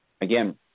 Again